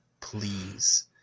please